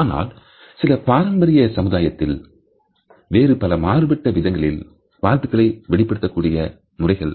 ஆனால் சில பாரம்பரிய சமூகத்தில் வேறு பல மாறுபட்ட விதங்களில் வாழ்த்துக்களை வெளிப்படுத்தக்கூடிய முறைகள்